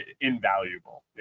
invaluable